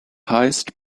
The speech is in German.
heißt